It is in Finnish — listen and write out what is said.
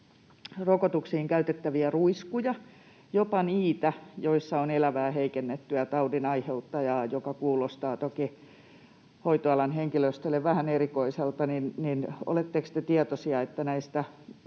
rokotuksiin käytettäviä ruiskuja, jopa niitä, joissa on elävää, heikennettyä taudin aiheuttajaa, mikä kuulostaa toki hoitoalan henkilöstölle vähän erikoiselta. Oletteko te tietoisia, että näistä